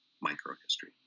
micro-history